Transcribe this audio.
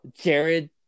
Jared